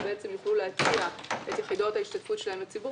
כך שהן יוכלו להציע את יחידות ההשתתפות שלהן לציבור.